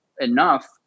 enough